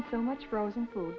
in so much frozen food